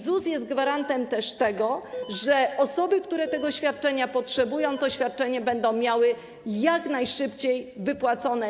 ZUS jest też gwarantem tego, że osoby, które tego świadczenia potrzebują, to świadczenie będą miały jak najszybciej wypłacone.